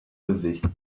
devait